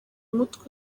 mutwe